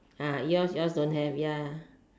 ah yours yours don't have ya